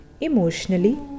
emotionally